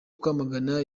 kwamagana